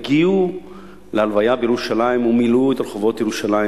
הגיעו להלוויה בירושלים ומילאו את רחובות ירושלים